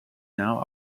now